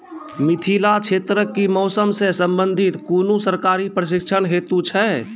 मिथिला क्षेत्रक कि मौसम से संबंधित कुनू सरकारी प्रशिक्षण हेतु छै?